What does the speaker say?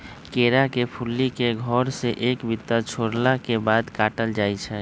केरा के फुल्ली के घौर से एक बित्ता छोरला के बाद काटल जाइ छै